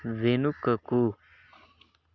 వెనుకకు